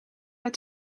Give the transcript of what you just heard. uit